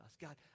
God